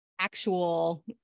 actual